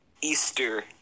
Easter